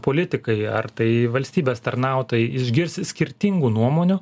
politikai ar tai valstybės tarnautojai išgirs skirtingų nuomonių